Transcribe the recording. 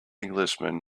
englishman